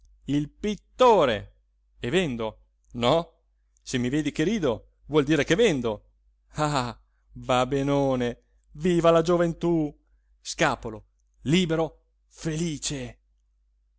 il pittore e vendo no se mi vedi che rido vuol dire che vendo ah va benone viva la gioventù scapolo libero felice